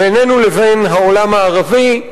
בינינו לבין העולם הערבי.